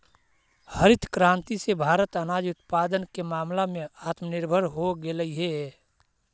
हरित क्रांति से भारत अनाज उत्पादन के मामला में आत्मनिर्भर हो गेलइ हे